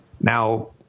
Now